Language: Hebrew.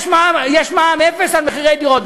יש מע"מ אפס על מחירי דירות,